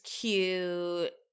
cute